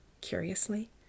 curiously